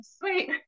sweet